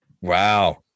Wow